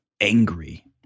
angry